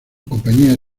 compañía